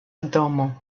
domo